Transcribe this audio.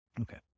Okay